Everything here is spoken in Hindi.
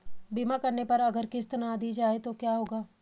बीमा करने पर अगर किश्त ना दी जाये तो क्या होगा?